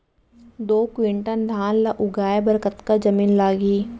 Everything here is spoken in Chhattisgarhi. दो क्विंटल धान ला उगाए बर कतका जमीन लागही?